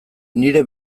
nire